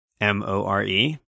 M-O-R-E